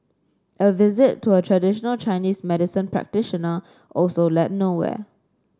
a visit to a traditional Chinese medicine practitioner also led nowhere